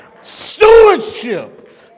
Stewardship